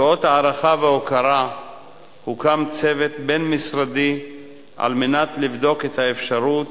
כאות הערכה והוקרה הוקם צוות בין-משרדי על מנת לבדוק את האפשרות